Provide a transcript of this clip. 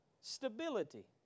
stability